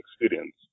experience